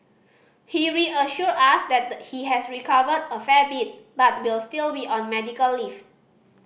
he reassured us that the he has recovered a fair bit but will still be on medical leave